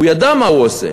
הוא ידע מה הוא עושה.